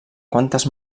quantes